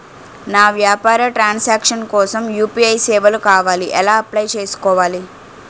నా వ్యాపార transaction కోసం యు.పి.ఐ సేవలు కావాలి ఎలా అప్లయ్ చేసుకోవాలి?